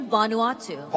Vanuatu